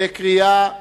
בקריאה שנייה.